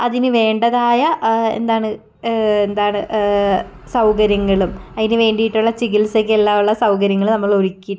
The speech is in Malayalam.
അതിനു വേണ്ടതായ എന്താണ് എന്താണ് സൗകര്യങ്ങളും അതിനു വേണ്ടിയിട്ടുള്ള ചികിത്സയ്ക്കെല്ലാം ഉള്ള സൗകര്യങ്ങൾ നമ്മൾ ഒരുക്കിയിട്ടുണ്ട്